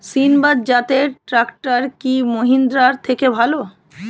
সিণবাদ জাতের ট্রাকটার কি মহিন্দ্রার থেকে ভালো?